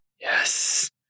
Yes